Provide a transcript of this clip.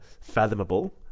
fathomable